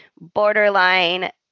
Borderline